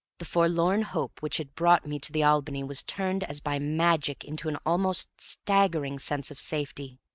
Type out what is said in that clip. the forlorn hope which had brought me to the albany was turned as by magic into an almost staggering sense of safety.